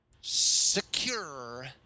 secure